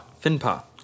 Finpa